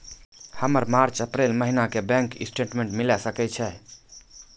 हमर मार्च अप्रैल महीना के बैंक स्टेटमेंट मिले सकय छै?